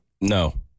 No